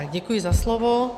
Děkuji za slovo.